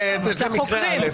זה מקרה א'.